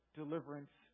deliverance